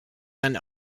than